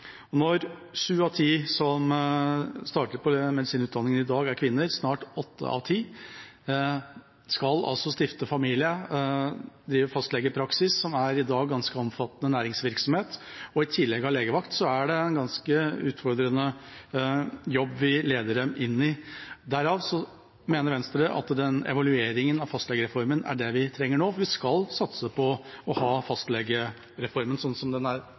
utdanningsstillingene. Når 7 av 10 som starter på medisinutdanningen i dag er kvinner – snart 8 av 10 – som altså skal stifte familie, drive fastlegepraksis, som i dag er en ganske omfattende næringsvirksomhet, og i tillegg ha legevakt, så er det en ganske utfordrende jobb vi leder dem inn i. Derav mener Venstre at den evalueringen av fastlegereformen er det vi trenger nå, for vi skal satse på å ha fastlegereformen slik den er